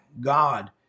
God